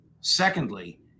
Secondly